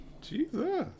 Jesus